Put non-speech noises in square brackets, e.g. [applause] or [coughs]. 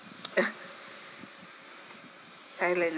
[coughs]